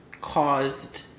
caused